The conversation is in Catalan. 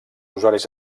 usuaris